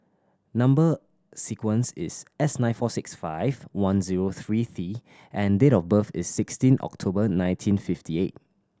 number sequence is S nine four six five one zero three T and date of birth is sixteen October nineteen fifty eight